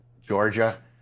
Georgia